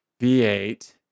V8